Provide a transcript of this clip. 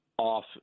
Off